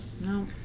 No